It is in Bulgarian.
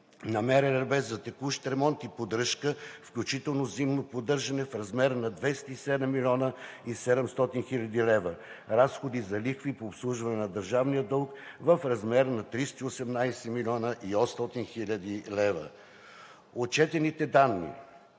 на МРРБ за текущ ремонт и поддръжка, включително зимно поддържане в размер на 207 млн. 700 хил. лв.; разходи за лихви по обслужване на държавния дълг в размер на 318 млн. 800 хил. лв. Отчетените данни